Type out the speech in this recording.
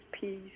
peace